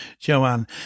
Joanne